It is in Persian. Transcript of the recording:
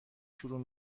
شروع